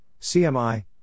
CMI